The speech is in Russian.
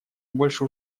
больше